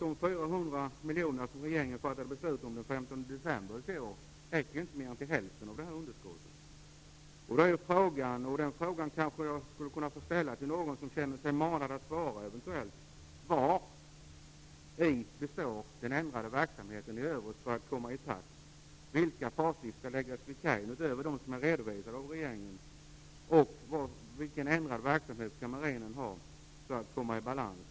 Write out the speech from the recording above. De 400 miljoner som regeringen fattade beslut om den 15 december i fjol täcker inte mer än hälften av underskottet. Jag kanske skulle kunna få ställa en fråga till någon som eventuellt känner sig manad att svara: Hur skall verksamheten ändras i övrigt för att man skall komma i takt? Vilka fartyg, utöver de som regeringen redovisat, skall läggas vid kaj? Hur skall Marinen ändra verksamheten för att komma i balans?